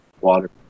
water